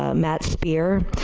ah math spear,